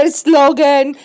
slogan